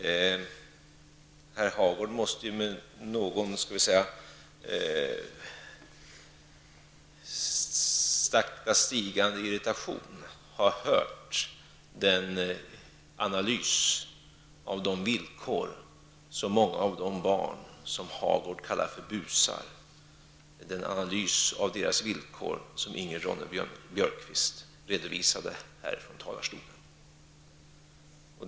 Herr Hagård måste med sakta stigande irritation ha hört den analys av de villkor som många av de barn som Hagård kallar för busar lever under som Ingrid Ronne-Björkqvist redovisade ifrån talarstolen.